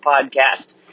podcast